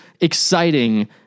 exciting